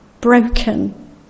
broken